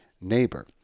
neighbor